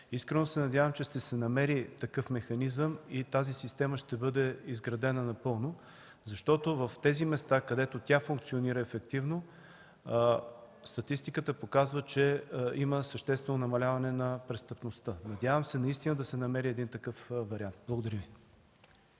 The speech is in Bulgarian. Искрено се надявам, че ще се намери такъв механизъм и тази система ще бъде изградена напълно, защото в местата, където тя функционира ефективно, статистиката показва, че има съществено намаляване на престъпността. Надявам се наистина да се намери един такъв вариант. Благодаря Ви.